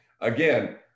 again